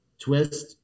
twist